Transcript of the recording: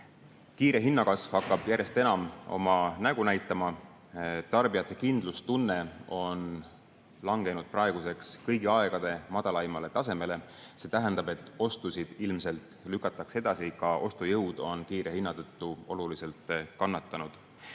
Kiire hinnakasv hakkab järjest enam oma nägu näitama. Tarbijate kindlustunne on langenud praeguseks kõigi aegade madalaimale tasemele. See tähendab, et ostusid ilmselt lükatakse edasi. Ka ostujõud on kiire hinna tõttu oluliselt kannatanud.